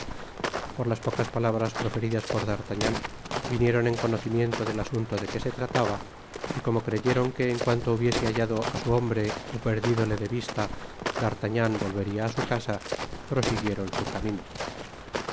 por las pocas palabras proferidas por d'artagnan vinieron en conocimiento del asunto de que se trataba y como creyeron que en cuanto hubiese hallado á su hombre ó perdidole de vista d'artagnan volvería á su casa prosiguieron su camino